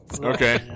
Okay